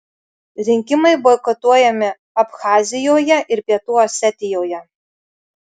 rinkimai boikotuojami abchazijoje ir pietų osetijoje